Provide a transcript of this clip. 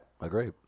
Agree